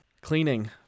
Cleaning